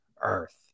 earth